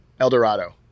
Eldorado